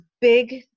big